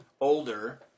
older